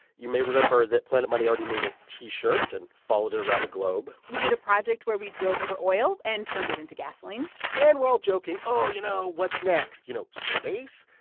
you may remember that planet money already made a t-shirt and followed it around the globe we did a project where we drilled for oil and turned it into gasoline and we're all joking oh, you know what's next? you know, space?